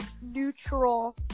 neutral